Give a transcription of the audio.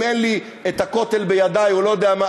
אם אין לי את הכותל בידי או לא יודע מה,